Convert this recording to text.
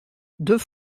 deux